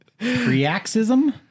Preaxism